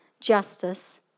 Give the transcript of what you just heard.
justice